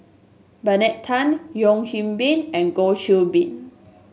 Bernard Tan Yeo Hwee Bin and Goh Qiu Bin